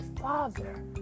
father